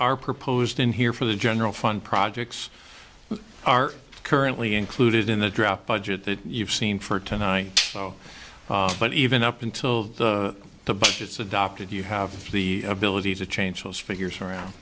are proposed in here for the general fund projects are currently included in the draft budget that you've seen for tonight so even up until the budgets adopted you have the ability to change those figures around